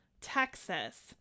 Texas